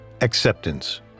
acceptance